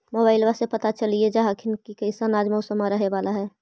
मोबाईलबा से पता चलिये जा हखिन की कैसन आज मौसम रहे बाला है?